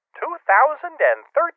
2013